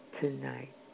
tonight